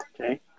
okay